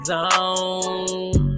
Zone